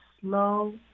slow